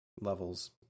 levels